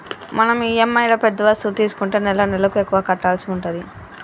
మనం ఇఎమ్ఐలో పెద్ద వస్తువు తీసుకుంటే నెలనెలకు ఎక్కువ కట్టాల్సి ఉంటది